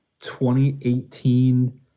2018